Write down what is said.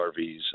RVs